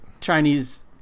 Chinese